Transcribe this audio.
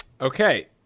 Okay